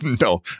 No